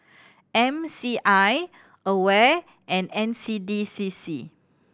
M C I AWARE and N C D C C